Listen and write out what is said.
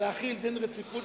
להחיל דין רציפות.